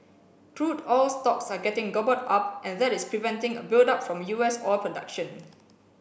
crude oil stocks are getting gobbled up and that is preventing a buildup from U S oil production